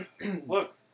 Look